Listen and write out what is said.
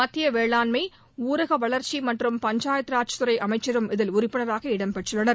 மத்திய வேளாண்மை ஊரக வளர்ச்சி மற்றம் பஞ்சாயத்ராஜ் துறை அமைச்சரும் இதில் உறுப்பினராக இடம்பெற்றுள்ளார்